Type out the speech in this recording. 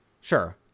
Sure